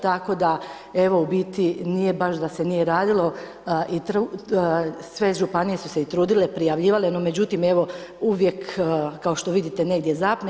Tako da evo u biti nije baš da se nije radilo i sve županije su se i trudile, prijavljivale, no međutim evo uvijek kao što vidite negdje zapne.